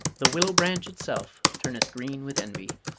the willow branch itself turneth green with envy.